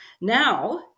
Now